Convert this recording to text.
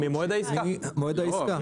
ממועד העסקה.